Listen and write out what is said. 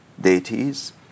deities